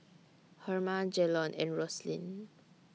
Herma Jalon and Roslyn